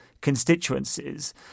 constituencies